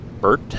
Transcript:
Bert